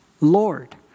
Lord